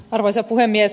arvoisa puhemies